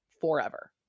forever